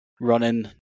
running